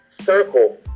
circle